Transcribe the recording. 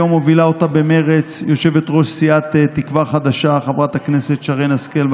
היום מובילה אותה במרץ יושבת-ראש סיעת תקווה חדשה חברת הכנסת שרן השכל,